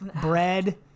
Bread